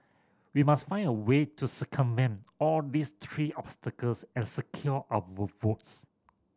we must find a way to circumvent all these tree obstacles and secure our votes